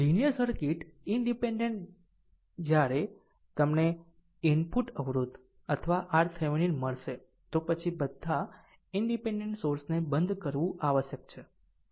linear circuit independent જ્યારે તમને input અવરોધ અથવા RThevenin મળશે તો પછી આ બધા ઈનડીપેનડેન્ટ સોર્સને બંધ કરવું આવશ્યક છે